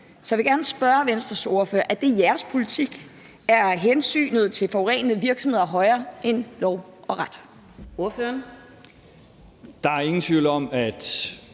Så jeg vil gerne spørge Venstres ordfører: Er det jeres politik? Er hensynet til forurenende virksomheder vigtigere end lov og ret? Kl. 10:55 Fjerde næstformand